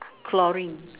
chlorine